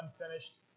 unfinished